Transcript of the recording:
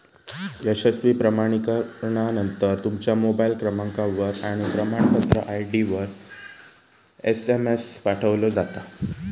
यशस्वी प्रमाणीकरणानंतर, तुमच्या मोबाईल क्रमांकावर आणि प्रमाणपत्र आय.डीवर एसएमएस पाठवलो जाता